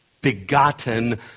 begotten